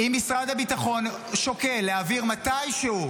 אם משרד הביטחון שוקל להעביר מתישהו,